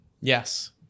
yes